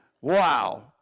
wow